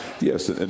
yes